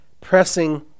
pressing